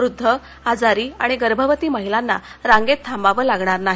वृध्द आजारी आणि गर्भवती महिलाना रांगेत थांबावे लागणार नाही